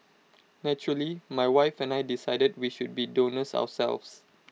naturally my wife and I decided we should be donors ourselves